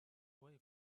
way